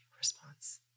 response